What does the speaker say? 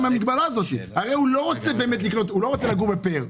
הרי הוא לא רוצה לגור בפאר.